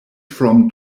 from